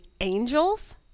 angels